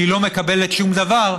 שהיא לא מקבלת שום דבר,